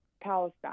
Palestine